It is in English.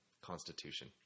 constitution